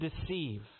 deceive